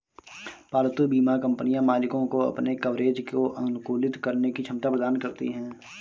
पालतू बीमा कंपनियां मालिकों को अपने कवरेज को अनुकूलित करने की क्षमता प्रदान करती हैं